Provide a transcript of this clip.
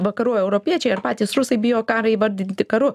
vakarų europiečiai ar patys rusai bijo karą įvardinti karu